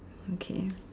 okay